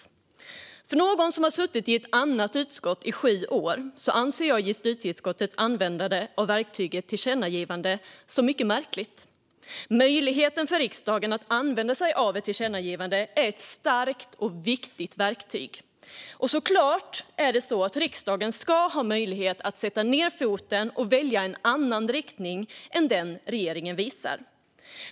Efter att ha suttit i ett annat utskott i sju år ser jag justitieutskottets användande av verktyget tillkännagivande som mycket märkligt. Möjligheten för riksdagen att använda sig av tillkännagivanden är ett starkt och viktigt verktyg, och såklart ska riksdagen ha möjligheten att sätta ned foten och välja en annan riktning än den regeringen visar.